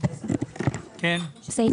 על סך